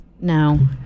no